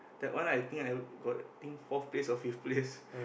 that one I think I got think fourth place or fifth place